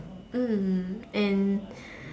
mm and